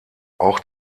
auch